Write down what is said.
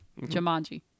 Jumanji